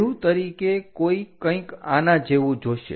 વ્યુહ તરીકે કોઈ કંઈક આના જેવું જોશે